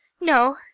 no